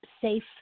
safe